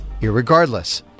Irregardless